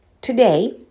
today